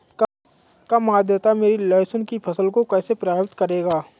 कम आर्द्रता मेरी लहसुन की फसल को कैसे प्रभावित करेगा?